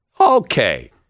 Okay